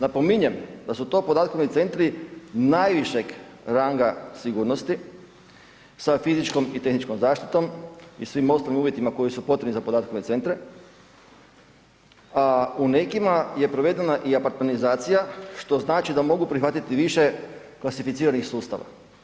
Napominjem da su to podatkovni centri najvišeg ranga sigurnosti sa fizičkom i tehničkom zaštitom i svim ostalim uvjetima koji su potrebni za podatkovne centre, a u nekima je provedena i apartmanizacija što znači da mogu prihvatiti više klasificiranih sustava.